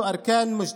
אללה.